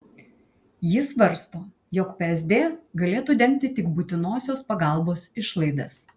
ji svarsto jog psd galėtų dengti tik būtinosios pagalbos išlaidas